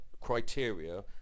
criteria